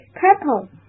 purple